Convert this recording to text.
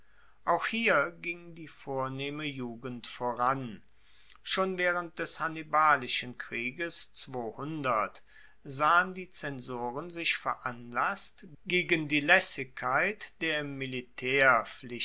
auch hier ging die vornehme jugend voran schon waehrend des hannibalischen krieges sahen die zensoren sich veranlasst gegen die laessigkeit der